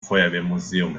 feuerwehrmuseum